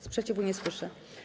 Sprzeciwu nie słyszę.